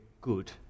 good